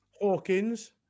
Hawkins